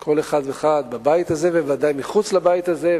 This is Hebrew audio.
כל אחד ואחד בבית הזה וודאי מחוץ לבית הזה.